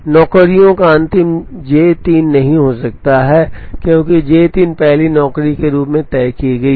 नौकरियों का अंतिम J 3 नहीं हो सकता है क्योंकि J 3 पहली नौकरी के रूप में तय की गई है